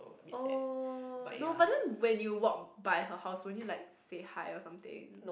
oh no but then when you walk by her house won't you like say hi or something